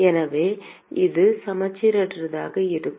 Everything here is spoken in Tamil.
எனவே அது சமச்சீரற்றதாக இருக்கும்